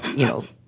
you know,